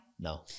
No